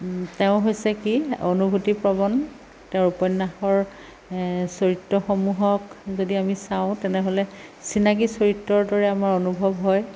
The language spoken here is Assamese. তেওঁ হৈছে কি অনুভূতি প্ৰৱণ তেওঁৰ উপন্য়াসৰ চৰিত্ৰসমূহক যদি আমি চাওঁ তেনেহ'লে চিনাকি চৰিত্ৰৰ দৰে আমাৰ অনুভৱ হয়